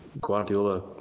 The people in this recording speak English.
Guardiola